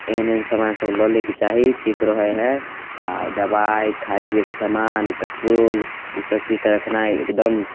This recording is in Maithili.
एहन एहन समान सब लऽ लैके चाही ठीक रहै हइ आओर दवाइ खाइ पिएके समान पेट्रोल ईसब चीज तऽ रखनाइ एकदम